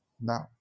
Now